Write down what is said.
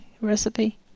recipe